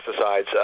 pesticides